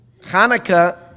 Hanukkah